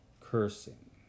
cursing